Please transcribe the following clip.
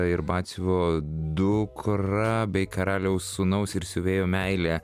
ir batsiuvio dukra bei karaliaus sūnaus ir siuvėjo meilė